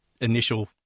initial